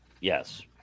yes